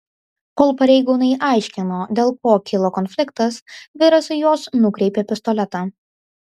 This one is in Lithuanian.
kol pareigūnai aiškino dėl ko kilo konfliktas vyras į juos nukreipė pistoletą